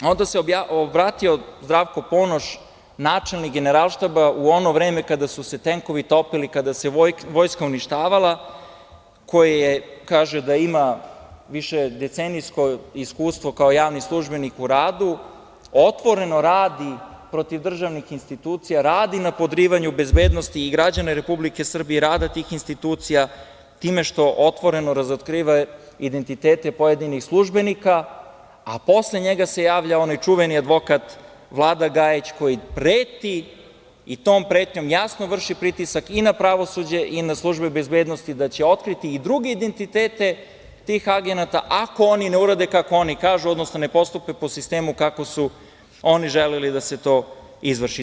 Onda se obratio Zdravko Ponoš, načelnik Generalštaba u ono vreme kada su se tenkovi topili, kada se vojska uništava, koji kaže da ima višedecenijsko iskustvo kao javni službenik u radu, otvoreno radi protiv državnih institucija, radi na podrivanju bezbednosti i građana Republike Srbije, rada tih institucija time što otvoreno razotkriva identitete pojedinih službenika, a posle njega se javlja onaj čuveni advokat, Vlada Gajić, koji preti i tom pretnjom jasno vrši pritisak i na pravosuđe i na službe bezbednosti da će otkriti i druge identitete tih agenata ako oni ne urade kako oni kažu, odnosno ne postupe po sistemu kako su oni želeli da se to izvrši.